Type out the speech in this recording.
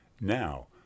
Now